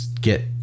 get